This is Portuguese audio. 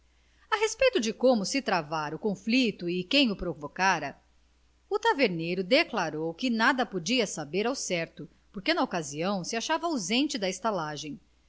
a respeito de como se travara o conflito e quem o provocara o taverneiro declarou que nada podia saber ao certo porque na ocasião se achava ausente da estalagem